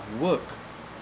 work